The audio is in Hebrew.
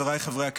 חבריי חברי הכנסת,